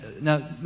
Now